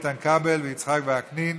איתן כבל ויצחק וקנין.